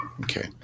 okay